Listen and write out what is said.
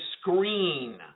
screen